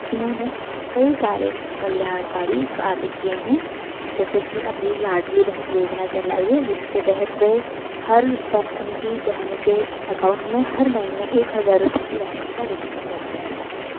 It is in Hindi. इन्होंने कई सारे कल्याणकारी कार्य किए हैं जैसे कि अभी लाडली बहन योजना चलाई है जिसके तहत वो हर उनकी बहन के अकाउंट में हर महीने एक हजार रूपए की राशि का वितरण करते हैं